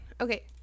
okay